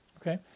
Okay